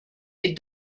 est